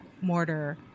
mortar